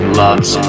loves